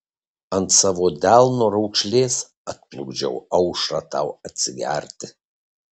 ant savo delno raukšlės atplukdžiau aušrą tau atsigerti